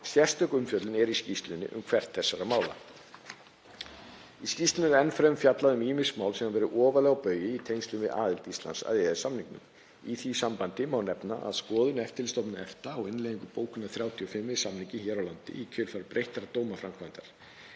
Sérstök umfjöllun er í skýrslunni um hvert þessara mála. Í skýrslunni er enn fremur fjallað um ýmis mál sem verið hafa ofarlega á baugi í tengslum við aðild Íslands að EES-samningnum. Í því sambandi má nefna skoðun Eftirlitsstofnunar EFTA á innleiðingu bókunar 35 við samninginn hér á landi í kjölfar breyttrar dómaframkvæmdar.